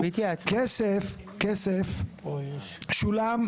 כסף, כסף שולם.